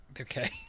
Okay